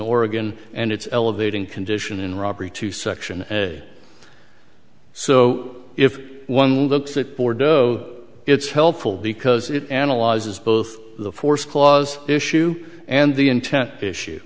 oregon and it's elevating condition in robbery to section so if one looks at bordeaux it's helpful because it analyzes both the force clause issue and the intent is